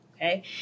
okay